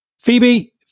Phoebe